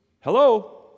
Hello